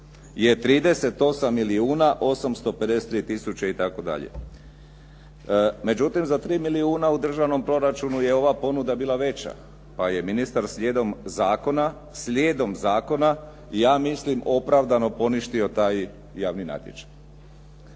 je 38 milijuna 853 tisuće itd. Međutim, za 3 milijuna u državnom proračunu je ova ponuda bila veća pa je ministar slijedom zakona ja mislim opravdano poništio taj javni natječaj.